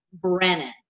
Brennan